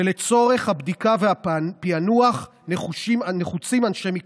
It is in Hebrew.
ולצורך הבדיקה והפיענוח נחוצים אנשי מקצוע.